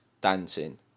dancing